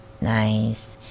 nice